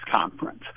conference